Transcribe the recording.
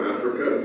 Africa